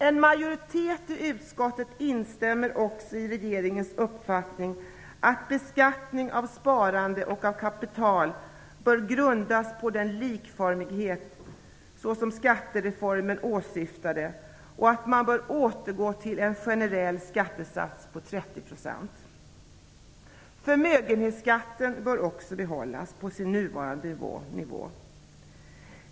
En majoritet i utskottet instämmer också i regeringens uppfattning att beskattningen av sparande och av kapital bör grundas på den likformighet som skattereformen åsyftade och att man bör återgå till en generell skattesats på 30 %. Förmögenhetsskatten bör behållas på sin nuvarande nivå.